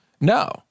No